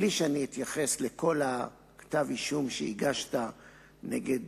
בלי שאני אתייחס לכל כתב האישום שהגשת נגד